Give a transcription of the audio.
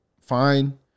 fine